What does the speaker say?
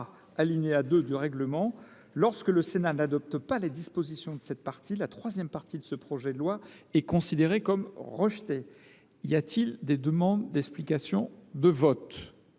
alinéa 2, du règlement, si le Sénat n’adopte pas les dispositions de cette partie, la troisième partie du projet de loi sera considérée comme rejetée. Y a t il des demandes d’explication de vote ?…